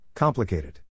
Complicated